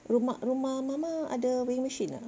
rumah rumah mama ada weighing machine tak